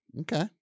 Okay